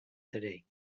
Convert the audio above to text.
today